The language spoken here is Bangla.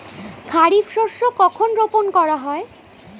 খারিফ শস্য কখন রোপন করা হয়?